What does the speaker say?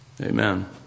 Amen